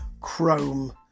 chrome